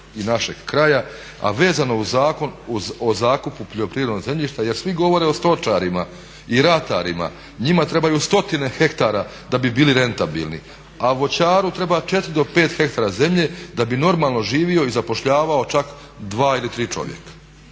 i našeg kraja, a vezano uz Zakon o zakupu poljoprivrednog zemljišta jer svi govore o stočarima i ratarima, njima trebaju stotine hektara da bi bili rentabilni, a voćaru treba 4 do 5 hektara zemlje da bi normalno živio i zapošljavao čak dva ili tri čovjeka.